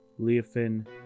Leofin